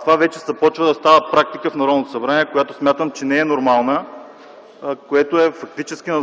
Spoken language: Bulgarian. Това вече започва да става практика в Народното събрание, която смятам, че не е нормална и фактически е